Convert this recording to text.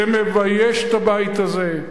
זה מבייש את הבית הזה,